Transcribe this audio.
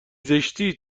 زشتی